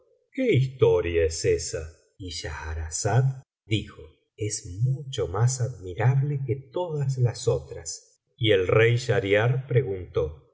esa y schahrazada dijo es mucho más admirable que todas las otras y el rey schahriar preguntó